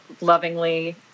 lovingly